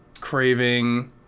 craving